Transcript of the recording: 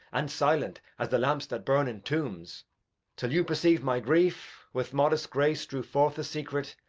and silent as the lamps that burn in tombs till you perceiv'd my grief, with modest grace drew forth the secret,